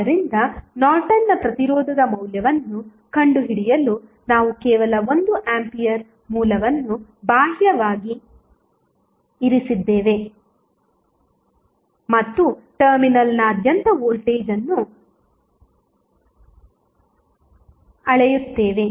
ಆದ್ದರಿಂದ ನಾರ್ಟನ್ನ ಪ್ರತಿರೋಧದ ಮೌಲ್ಯವನ್ನು ಕಂಡುಹಿಡಿಯಲು ನಾವು ಕೇವಲ 1 ಆಂಪಿಯರ್ ಮೂಲವನ್ನು ಬಾಹ್ಯವಾಗಿ ಇರಿಸಿದ್ದೇವೆ ಮತ್ತು ಟರ್ಮಿನಲ್ನಾದ್ಯಂತ ವೋಲ್ಟೇಜ್ ಅನ್ನು ಅಳೆಯುತ್ತೇವೆ